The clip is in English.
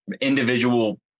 individual